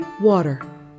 Water